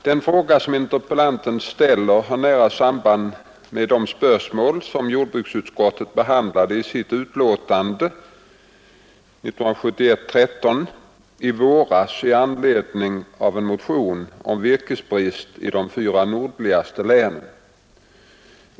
Den fråga som interpellanten ställer har nära samband med de spörsmål som jordbruksutskottet behandlade i sitt utlåtande i våras i anledning av en motion om virkesbristen i de fyra nordligaste länen.